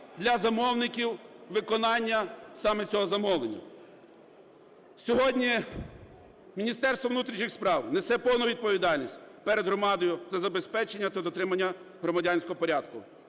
для замовників виконання саме цього замовлення. Сьогодні Міністерство внутрішніх справ несе повну відповідальність перед громадою – це забезпечення та дотримання громадянського порядку.